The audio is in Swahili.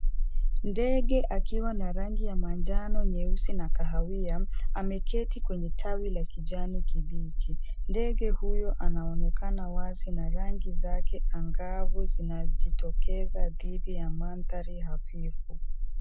Ndege akiwa na rangi ya manjano, nyeusi na kahawia ameketi kwenye tawi la kijani kibichi , ndege huyo anaonekana wazi na rangi zake angavu zinajitokeza dhidi ya mandhari hafifu.